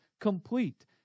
complete